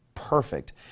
perfect